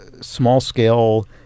small-scale